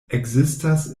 ekzistas